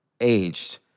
aged